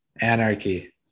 anarchy